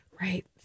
Right